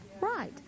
Right